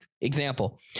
example